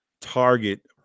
target